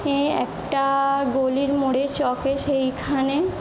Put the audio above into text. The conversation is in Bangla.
এহ একটা গলির মোড়ে চকে সেইখানে